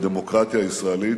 בדמוקרטיה הישראלית,